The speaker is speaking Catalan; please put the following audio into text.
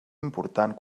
important